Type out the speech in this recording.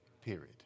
period